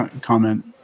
comment